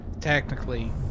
Technically